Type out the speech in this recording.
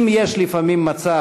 אם יש לפעמים מצב,